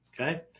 okay